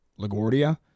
LaGuardia